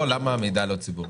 למה המידע לא ציבורי?